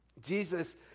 Jesus